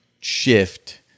shift